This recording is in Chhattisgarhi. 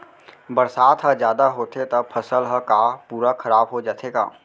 बरसात ह जादा होथे त फसल ह का पूरा खराब हो जाथे का?